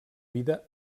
vida